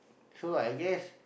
so I guess